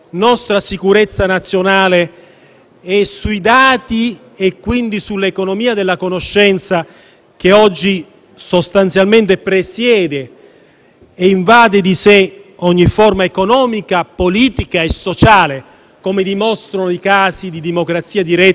sui dati e, quindi, sull'economia della conoscenza, che oggi sostanzialmente presiede e pervade di sé ogni forma economica, politica e sociale (come dimostrano i casi di democrazia diretta e anche di incursione elettorale),